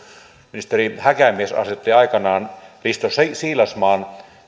ministeri häkämies asetti aikanaan risto siilasmaan